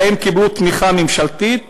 והאם קיבלו תמיכה ממשלתית